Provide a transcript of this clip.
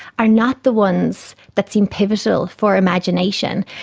are not the ones that seem pivotal for imagination.